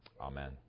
amen